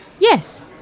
Yes